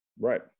right